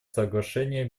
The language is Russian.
соглашения